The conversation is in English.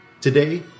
Today